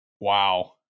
wow